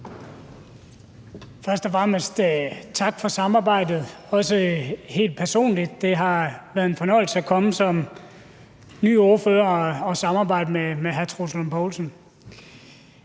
Først og fremmest tak for samarbejdet, også fra mig helt personligt – det har været en fornøjelse at komme som ny ordfører og samarbejde med hr. Troels Lund Poulsen.